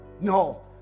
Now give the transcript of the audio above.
No